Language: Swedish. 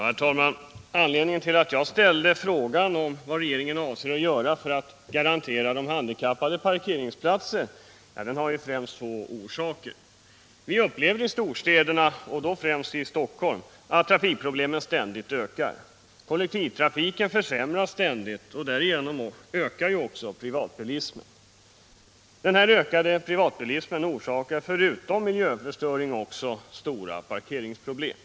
Herr talman! Att jag ställde frågan om vad regeringen avser att göra för att garantera de handikappade parkeringsplatser har främst två orsaker. Vi upplever i storstäderna — och då främst i Stockholm — att trafikproblemen ständigt ökar. Kollektivtrafiken försämras ständigt, och därigenom ökar privatbilismen. Denna ökade privatbilism orsakar förutom miljöförstö Nr 81 ring också stora parkeringsproblem.